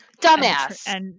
Dumbass